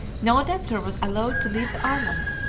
no debtor was allowed to leave the island,